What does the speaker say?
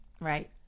Right